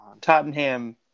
Tottenham